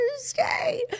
Thursday